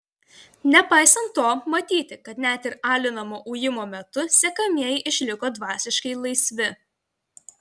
nepaisant to matyti kad net ir alinamo ujimo metu sekamieji išliko dvasiškai laisvi